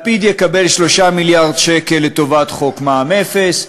לפיד יקבל 3 מיליארד שקל לטובת חוק מע"מ אפס,